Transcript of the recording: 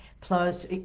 plus